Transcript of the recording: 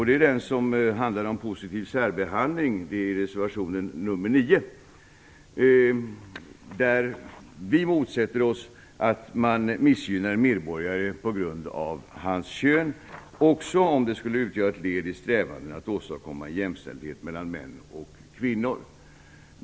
Det är den som handlar om positiv särbehandling. Det är reservation nr 9. Där motsätter vi oss att man missgynnar medborgare på grund av hans kön, även om det skulle utgöra ett led i strävandena att åstadkomma jämställdhet mellan män och kvinnor.